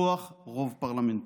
מכוח רוב פרלמנטרי.